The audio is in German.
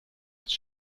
als